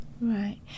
right